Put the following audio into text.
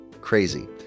Crazy